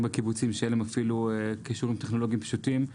בקיבוצים ואין להם אפילו קישורים טכנולוגיים פשוטים.